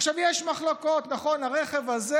עכשיו, יש מחלוקות, נכון, לרכב הזה